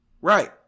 Right